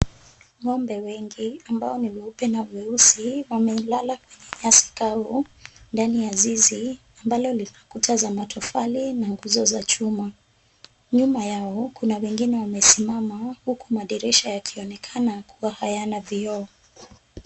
Ng'ombe wengi ambao ni weupe na weusi wamelala kwenye nyasi kavu ndani ya zizi ambalo lina kuta za matofali na nguzo za chuma. Nyuma yao kuna wengine wamesimama huku madirisha yakionekana kuwa hayana vioo.